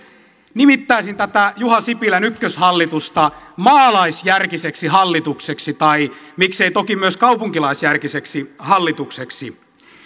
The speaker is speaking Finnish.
nimittäisin tätä juha sipilän ykköshallitusta maalaisjärkiseksi hallitukseksi tai miksei toki myös kaupunkilaisjärkiseksi hallitukseksi